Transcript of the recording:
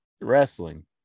wrestling